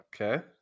Okay